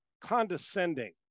condescending